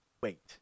Wait